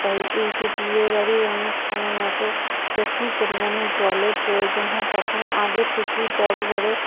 তাই এই যে বিয়ে বাড়ির অনুষ্ঠানের মতো প্রচুর পরিমাণে জলের প্রয়োজন হয় তখন আগে থেকেই বড় বড়